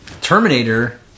Terminator